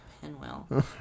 Pinwheel